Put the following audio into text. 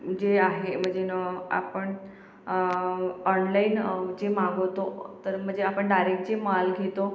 जे आहे म्हणजे न आपण ऑनलाईन जे मागवतो तर म्हणजे आपण डायरेक् जे माल घेतो